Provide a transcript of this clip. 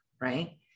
right